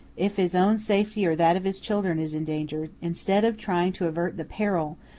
if his own safety or that of his children is endangered, instead of trying to avert the peril,